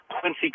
Quincy